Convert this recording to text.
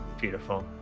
Beautiful